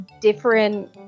different